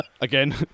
Again